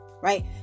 Right